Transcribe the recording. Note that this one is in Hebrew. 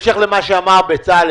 נכון.